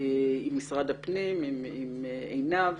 עם משרד הפנים, עם עינב,